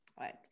right